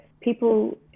people